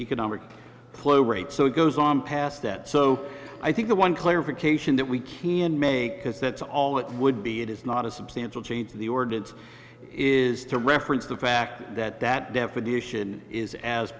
economic closure rate so it goes on past that so i think the one clarification that we can make because that's all it would be it is not a substantial change in the order it is to reference the fact that that definition is as